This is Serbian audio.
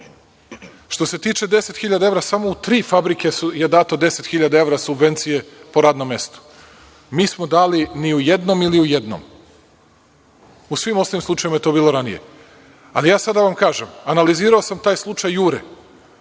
se tiče 10.000 evra samo u tri fabrike je dato 10.000 evra subvencije po radnom mestu. Mi smo dali ni u jednom ili u jednom. U svim ostalim slučajevima je to bilo ranije. Ali, sada vam kažem, analizirao sam taj slučaj „Jure“,